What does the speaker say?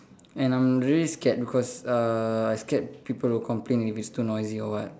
and I'm really scared because uh I scared people will complain if it's too noisy or what